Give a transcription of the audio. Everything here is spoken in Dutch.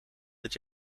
dit